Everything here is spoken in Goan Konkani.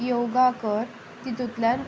योगा कर तितूंतल्यान